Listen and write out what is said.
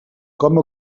com